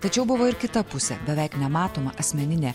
tačiau buvo ir kita pusė beveik nematoma asmeninė